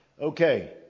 Okay